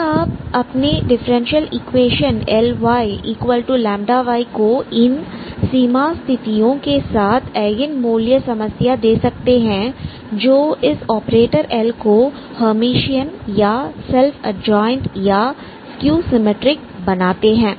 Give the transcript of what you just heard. यदि आप अपने डिफरेंशियल इक्वेशन Lyλy को इन सीमा स्थितियों के साथ एगेन मूल्य समस्या दे सकते हैं जो इस ऑपरेटर 'L' को हेयरमिशन या सेल्फ एडज्वाइंट या स्कयू सिमिट्रिक बनाते हैं